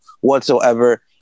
whatsoever